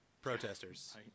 Protesters